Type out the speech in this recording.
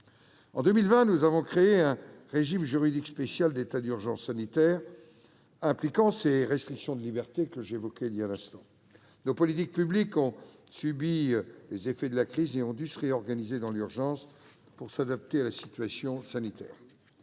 En 2020, nous avons créé un régime juridique spécial d'état d'urgence sanitaire impliquant ces restrictions de liberté. Nos politiques publiques ont subi les effets de la crise et ont dû se réorganiser dans l'urgence pour s'adapter à la situation sanitaire.